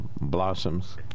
blossoms